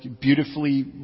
beautifully